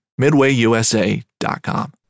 MidwayUSA.com